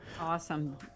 awesome